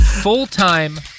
Full-time